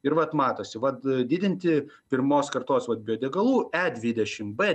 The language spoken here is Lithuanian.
ir vat matosi vat didinti pirmos kartos vat biodegalų e dvidešim b